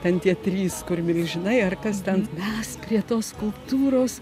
ten tie trys kur milžinai ar kas ten mes prie tos skulptūros